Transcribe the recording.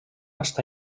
està